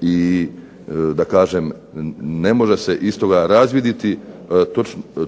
i da kažem ne može se iz toga razviditi